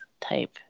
type